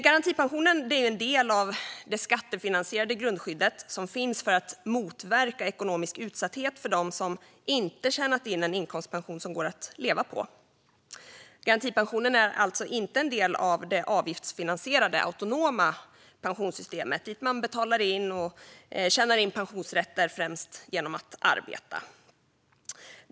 Garantipensionen är en del av det skattefinansierade grundskydd som finns för att motverka ekonomisk utsatthet för dem som inte tjänat in en inkomstpension som går att leva på. Garantipensionen är alltså inte en del av det avgiftsfinansierade autonoma pensionssystemet, dit man betalar och tjänar in pensionsrätter främst genom att arbeta.